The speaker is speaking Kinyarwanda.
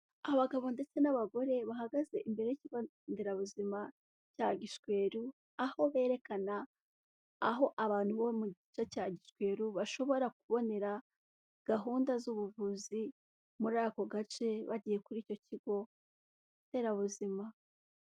Abagabo ndetse n'abagore bahagaze imbere y'ikigo nderabuzima bya Gishweru, aho berekana aho abantu bo mu gice cya Gishweru bashobora kubonera gahunda z'ubuvuzi muri ako gace bagiye kuri icyo kigo nderabuzima.